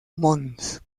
mons